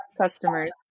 customers